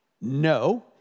No